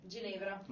Ginevra